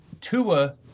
Tua